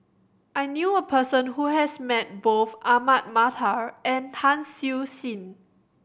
I knew a person who has met both Ahmad Mattar and Tan Siew Sin